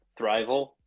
thrival